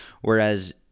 Whereas